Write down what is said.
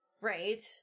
Right